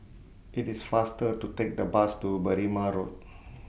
IT IS faster to Take The Bus to Berrima Road